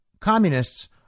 communists